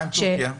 מה עם טורקיה?